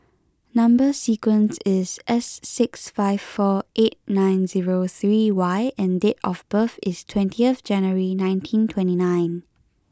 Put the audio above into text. number sequence is S six five four eight nine zero three Y and date of birth is twentieth January nineteen twenty nine